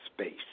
space